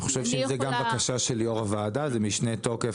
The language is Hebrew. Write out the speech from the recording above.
אני חושב שזו גם בקשה של יו"ר הוועדה, במשנה תוקף